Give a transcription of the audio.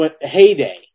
heyday